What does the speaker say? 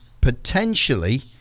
potentially